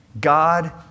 God